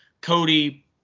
Cody